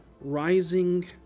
rising